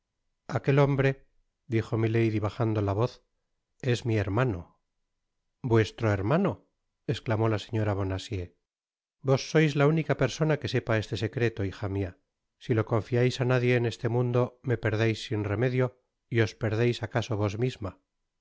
aquel hombre dijo milady bajando la voz es mi hermano vuestro hermano esclamó la señora bonacieux content from google book search generated at vos sois la única persona que sepa este secreto hija mia si lo confiais á nadie en este mundo me perdeis sin remedio y os perdeis acaso vos misma